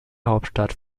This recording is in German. hauptstadt